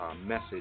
message